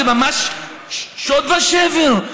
זה ממש שוד ושבר.